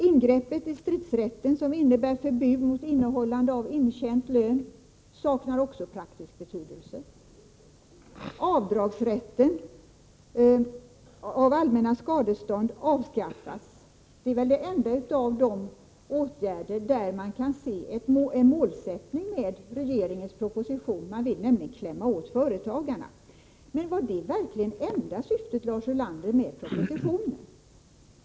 Ingreppet i stridsrätten som innebär förbud mot innehållande av intjänt lön saknar också praktisk betydelse. Avdragsrätten för allmänna skadestånd avskaffas. Det är väl den enda åtgärd som visar på en målsättning med regeringens proposition. Man vill nämligen klämma åt företagarna. Men var det verkligen det enda syftet, Lars Ulander, med propositionen?